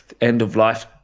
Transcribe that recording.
end-of-life